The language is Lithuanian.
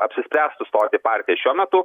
apsispręstų stot į partiją šiuo metu